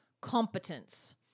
competence